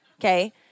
Okay